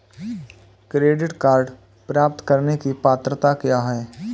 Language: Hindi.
क्रेडिट कार्ड प्राप्त करने की पात्रता क्या है?